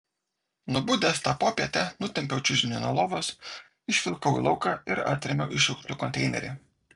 nubudęs tą popietę nutempiau čiužinį nuo lovos išvilkau į lauką ir atrėmiau į šiukšlių konteinerį